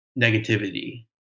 negativity